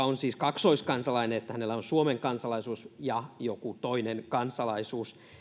on kaksoiskansalainen eli hänellä on suomen kansalaisuus ja joku toinen kansalaisuus tässä